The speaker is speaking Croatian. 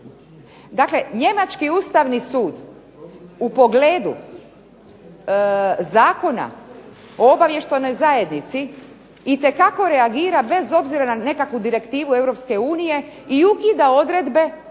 Dakle, njemački Ustavni sud u pogledu Zakona o obavještajnoj zajednici itekako reagira bez obzira na nekakvu direktivu Europske unije